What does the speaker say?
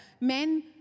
men